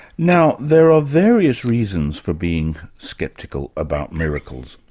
now there are various reasons for being sceptical about miracles.